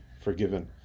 forgiven